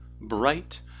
bright